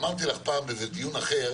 אמרתי לך את זה פעם בדיון אחר,